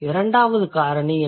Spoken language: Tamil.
இரண்டாவது காரணி என்ன